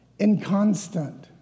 inconstant